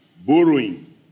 borrowing